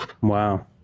Wow